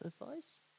advice